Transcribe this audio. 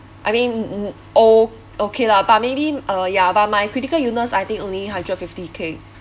I mean o~ okay lah but maybe uh ya but my critical illness I think only hundred fifty k